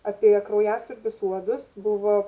apie kraujasiurbius uodus buvo